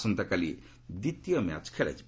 ଆସନ୍ତାକାଲି ଦ୍ୱିତୀୟ ମ୍ୟାଚ୍ ଖେଳାଯିବ